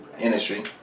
industry